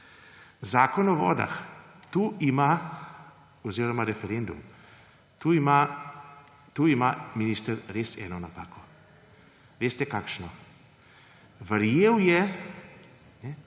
Zakon o vodah oziroma referendum. Tu ima minister res eno napako. Veste kakšno? Ni mogel